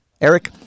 Eric